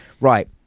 right